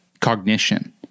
cognition